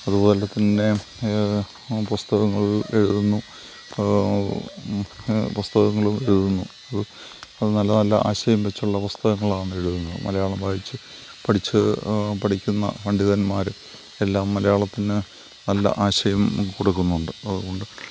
അതുപോലെ തന്നെ പുസ്തകങ്ങൾ എഴുതുന്നു പുസ്തകങ്ങളും എഴുതുന്നു നല്ല നല്ല ആശയം വച്ചുള്ള പുസ്തകങ്ങളാണ് എഴുതുന്ന മലയാളം വായിച്ചു പഠിച്ചു പഠിക്കുന്ന പണ്ഡിതന്മാർ എല്ലാം മലയാളത്തിന് നല്ല ആശയം കൊടുക്കുന്നുണ്ട് അതുകൊണ്ട്